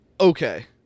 okay